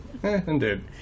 Indeed